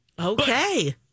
Okay